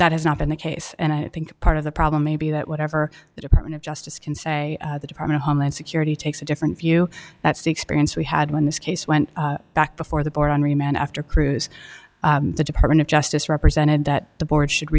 that has not been the case and i think part of the problem may be that whatever the department of justice can say the department of homeland security takes a different view that's the experience we had when this case went back before the board on remand after cruise the department of justice represented that the board should